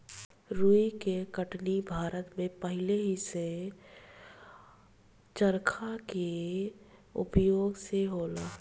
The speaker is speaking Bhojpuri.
रुई के कटनी भारत में पहिलेही से चरखा के उपयोग से होला